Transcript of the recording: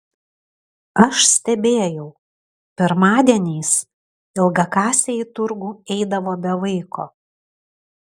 aš stebėjau pirmadieniais ilgakasė į turgų eidavo be vaiko